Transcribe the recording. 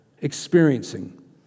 experiencing